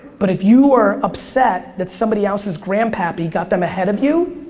but if you are upset that somebody else's grandpappy got them ahead of you,